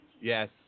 Yes